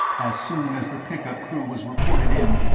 as soon as the pick-up crew was reported in,